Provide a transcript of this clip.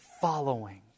following